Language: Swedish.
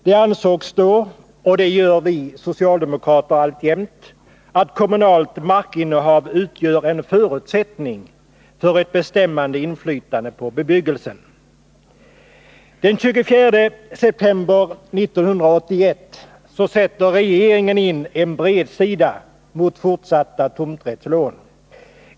Det ansågs då — och det menar vi socialdemokrater alltjämt —- att kommunalt markinnehav utgör en förutsättning för ett bestämmande inflytande på bebyggelsen. Den 24 september 1981 sätter regeringen in en bredsida mot fortsatta tomträttslån.